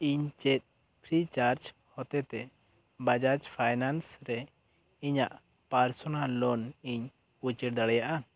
ᱤᱧ ᱪᱮᱫ ᱯᱷᱨᱤᱪᱟᱨᱡ ᱦᱚᱛᱮᱛᱮ ᱵᱟᱡᱟᱡ ᱯᱷᱟᱭᱱᱟᱱᱥ ᱨᱮ ᱤᱧᱟᱹᱜ ᱯᱟᱨᱥᱳᱱᱟᱞ ᱞᱳᱱ ᱤᱧ ᱩᱪᱟᱹᱲ ᱫᱟᱲᱮᱭᱟᱜᱼᱟ